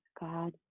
God